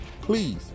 Please